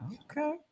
Okay